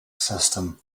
system